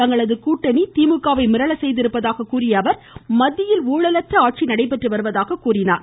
தங்களது கூட்டணி திமுக வை மிரள செய்திருப்பதாக கூறிய அவர் மத்தியில் ஊழல் அற்ற ஆட்சி நடைபெற்று வருவதாக குறிப்பிட்டார்